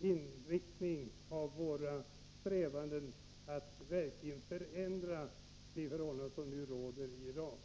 inriktning av våra strävanden att verkligen förändra de förhållanden som nu råder i Iran.